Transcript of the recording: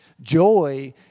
Joy